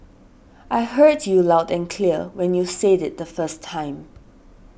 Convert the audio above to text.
I heard you loud and clear when you said it the first time